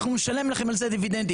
אנחנו נשלם לכם על זה דיבידנדים.